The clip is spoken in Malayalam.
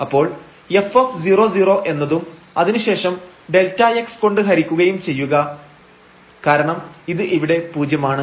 അപ്പോൾ f00 എന്നതും അതിനുശേഷം Δx കൊണ്ട് ഹരിക്കുകയും ചെയ്യുക കാരണം ഇത് ഇവിടെ പൂജ്യമാണ്